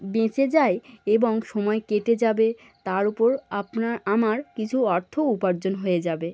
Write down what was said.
বেঁচে যায় এবং সময় কেটে যাবে তার উপর আপনার আমার কিছু অর্থও উপার্জন হয়ে যাবে